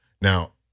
Now